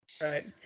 Right